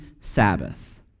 Sabbath